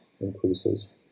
increases